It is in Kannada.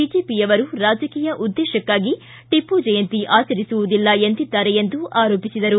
ಬಿಜೆಪಿಯವರು ರಾಜಕೀಯ ಉದ್ದೇಶಕ್ಕಾಗಿ ಟಿಪ್ಪು ಜಯಂತಿ ಆಚರಿಸುವುದಿಲ್ಲ ಎಂದಿದ್ದಾರೆ ಎಂದು ಆರೋಪಿಸಿದರು